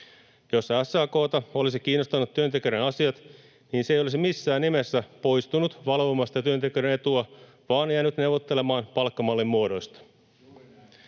Jos SAK:ta olisi kiinnostanut työntekijöiden asiat, niin se ei olisi missään nimessä poistunut valvomasta työntekijöiden etua vaan jäänyt neuvottelemaan palkkamallin muodoista.